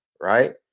right